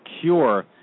cure